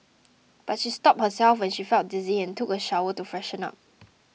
but she stopped herself when she felt dizzy and took a shower to freshen up